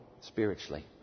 spiritually